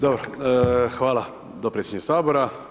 Dobro, hvala dopredsjedniče Sabora.